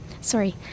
sorry